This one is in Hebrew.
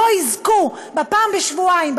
פעם בשבועיים,